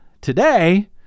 today